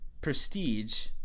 prestige